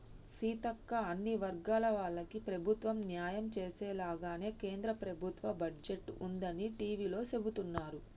సీతక్క అన్ని వర్గాల వాళ్లకి ప్రభుత్వం న్యాయం చేసేలాగానే కేంద్ర ప్రభుత్వ బడ్జెట్ ఉందని టివీలో సెబుతున్నారు